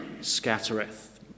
scattereth